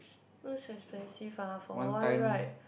no it's expensive ah for on ride